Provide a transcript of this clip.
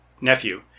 nephew